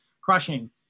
crushing